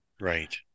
Right